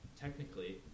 technically